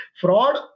fraud